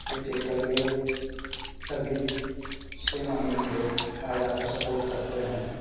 एक एक करके सभी सेना मिलके राजा का सपोर्ट करते हैं